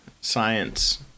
science